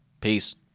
Peace